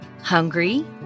Hungry